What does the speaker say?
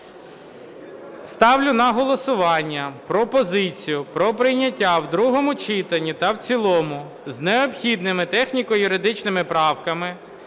Ставлю на голосування пропозицію про прийняття в другому читанні та в цілому з необхідними техніко-юридичними правками